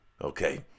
Okay